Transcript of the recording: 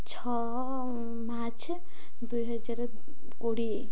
ଛଅ ମାର୍ଚ୍ଚ ଦୁଇ ହଜାର କୋଡ଼ିଏ